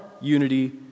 unity